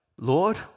Lord